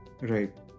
Right